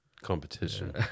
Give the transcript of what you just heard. Competition